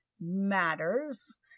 matters